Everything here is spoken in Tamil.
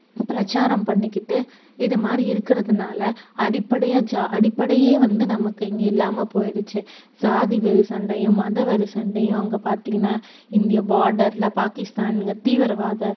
பிரச்சாரம் பண்ணிக்கிட்டு இது மாதிரி இருக்கிறதுனால அடிப்படையாக ஜா அடிப்படையே வந்து நமக்கு இங்கே இல்லாமல் போய்டிச்சு ஜாதி வெறி சண்டையும் மத வெறி சண்டையும் அங்கே பார்த்திங்ன்னா இங்கே பார்டரில் பாக்கிஸ்தானுங்க தீவிரவாத